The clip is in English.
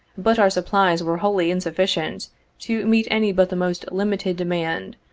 but our supplies were wholly insufficient to meet any but the most limited demand,